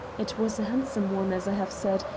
it was a handsome one, as i have said,